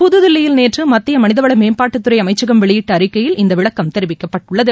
புதுதில்லியில் நேற்று மத்திய மனித வள மேம்பாட்டுத்துறை அமைச்ச்கம் வெளியிட்ட அறிக்கையில் இந்த விளக்கம் தெரிவிக்கப்பட்டுள்ளது